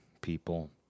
people